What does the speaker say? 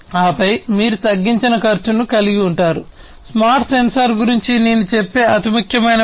ఆపై మీరు తగ్గించిన ఖర్చును కలిగి ఉంటారు స్మార్ట్ సెన్సార్ గురించి నేను చెప్పే అతి ముఖ్యమైన పని